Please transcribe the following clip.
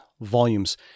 volumes